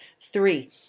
Three